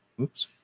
Oops